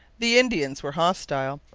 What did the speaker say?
the indians were hostile,